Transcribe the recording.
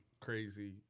Crazy